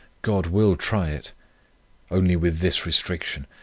god will try it only with this restriction,